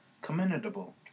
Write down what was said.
commendable